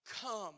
come